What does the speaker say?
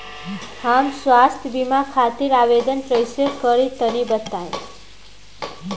हम स्वास्थ्य बीमा खातिर आवेदन कइसे करि तनि बताई?